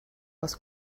was